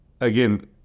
again